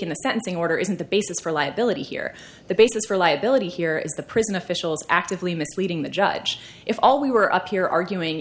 in the sentencing order isn't the basis for liability here the basis for liability here is the prison officials actively misleading the judge if all we were up here arguing